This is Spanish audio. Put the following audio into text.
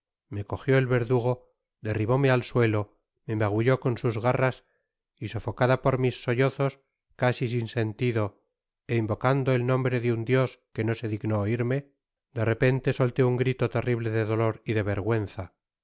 me cogió el verdugo derribóme al suelo me magulló con sus garras y sofocada por mis sollozos casi sin sentido é invocando el nombre de un dios que no se dignó oirme de repente solté un grito terrible de dolor y de vergüenza